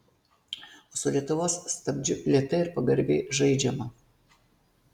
o su lietuvos stabdžiu lėtai ir pagarbiai žaidžiama